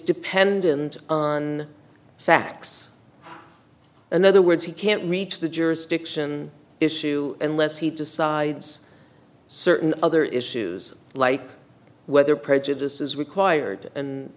dependent on facts and other words he can't reach the jurisdiction issue unless he decides certain other issues like whether prejudice is required and